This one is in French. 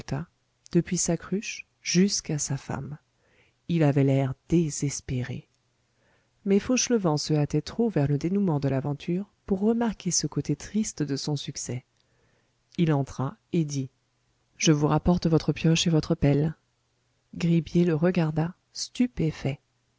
depuis sa cruche jusqu'à sa femme il avait l'air désespéré mais fauchelevent se hâtait trop vers le dénouement de l'aventure pour remarquer ce côté triste de son succès il entra et dit je vous rapporte votre pioche et votre pelle gribier le regarda stupéfait